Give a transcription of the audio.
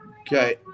Okay